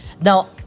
Now